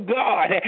god